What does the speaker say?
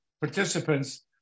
participants